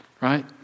Right